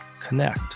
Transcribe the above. connect